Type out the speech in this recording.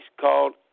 called